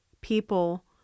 people